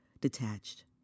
detached